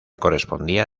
correspondía